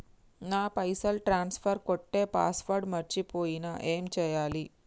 నా పైసల్ ట్రాన్స్ఫర్ కొట్టే పాస్వర్డ్ మర్చిపోయిన ఏం చేయాలి?